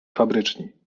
fabryczni